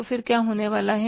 तो फिर क्या होने वाला है